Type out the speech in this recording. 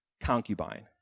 concubine